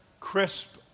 crisp